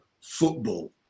football